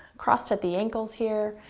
crossed at the ankles, here.